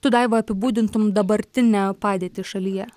tu daiva apibūdintum dabartinę padėtį šalyje